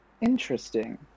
interesting